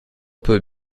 peut